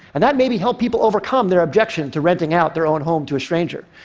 and that maybe helped people overcome their objection to renting out their own home to a stranger.